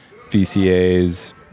VCAs